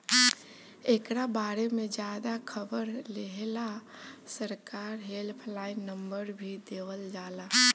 एकरा बारे में ज्यादे खबर लेहेला सरकार हेल्पलाइन नंबर भी देवल जाला